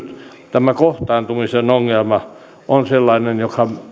tämä kohtaantumisen ongelma on sellainen joka